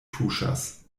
tuŝas